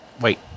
Wait